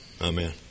Amen